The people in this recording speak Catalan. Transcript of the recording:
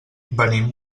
venim